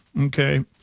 Okay